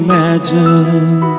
Imagine